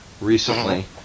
recently